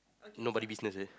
nobody's business eh